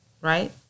right